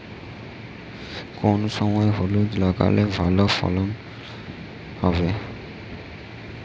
কোন সময় হলুদ লাগালে ভালো ফলন হবে?